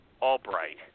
Albright